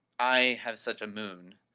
i have such a moon.